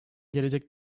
gelecek